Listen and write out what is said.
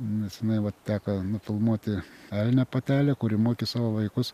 nesenai vat teko nufilmuoti elnio patelę kuri mokė savo vaikus